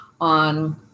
on